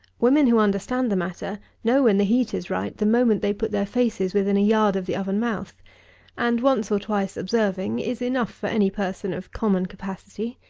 women who understand the matter, know when the heat is right the moment they put their faces within a yard of the oven-mouth and once or twice observing is enough for any person of common capacity.